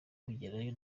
kugerayo